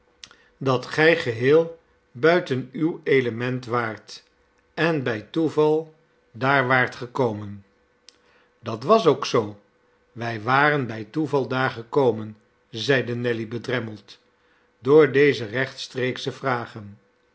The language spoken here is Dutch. dat gij geheel buiten uw element waart en bij toeval daar waart gekomen dat was ook zoo wij waren bij toeval daar gekomen zeide nelly bedremmeld door deze rechtstreeksche vragen